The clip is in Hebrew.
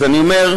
אז אני אומר: